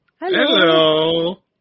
Hello